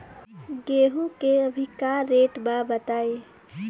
गेहूं के अभी का रेट बा बताई?